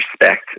respect